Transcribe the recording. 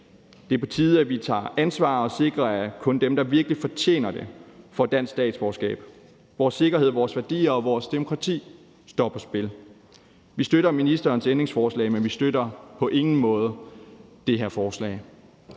Det er på tide, at vi tager ansvar og sikrer, at kun dem, der virkelig fortjener det, får dansk statsborgerskab. Vores sikkerhed, vores værdier og vores demokrati står på spil. Vi støtter ministerens ændringsforslag, men vi støtter på ingen måde det her lovforslag.